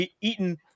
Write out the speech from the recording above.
eaten